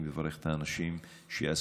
אני מברך את האנשים שעשו.